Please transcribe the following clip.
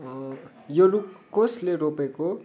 यो रुख कसले रोपेको